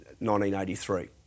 1983